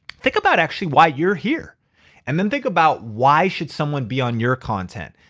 think about actually why you're here and then think about why should someone be on your content.